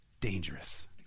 dangerous